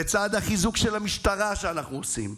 לצד החיזוק של המשטרה שאנחנו עושים,